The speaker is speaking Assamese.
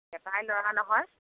এটাই ল'ৰা নহয়